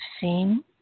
seen